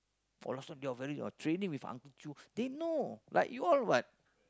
oh last time they all very uh training with Uncle-Choo they know like you all what